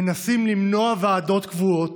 מנסים למנוע ועדות קבועות,